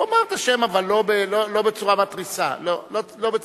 הוא אמר את השם, אבל לא בצורה מתריסה, לא בצורה,